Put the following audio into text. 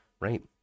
right